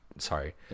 Sorry